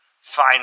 fine